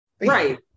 Right